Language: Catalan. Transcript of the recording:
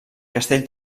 castell